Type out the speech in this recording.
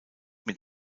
mit